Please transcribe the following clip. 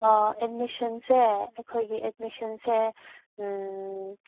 ꯑꯦꯗꯃꯤꯁꯟꯁꯦ ꯑꯩꯈꯣꯏꯒꯤ ꯑꯦꯗꯃꯤꯁꯟꯁꯦ